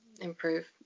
improve